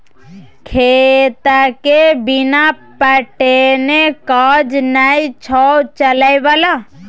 खेतके बिना पटेने काज नै छौ चलय बला